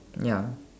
ya